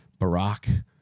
Barack